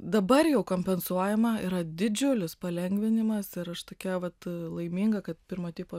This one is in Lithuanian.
dabar jau kompensuojama yra didžiulis palengvinimas ir aš tokia vat laiminga kad pirmo tipo